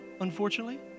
unfortunately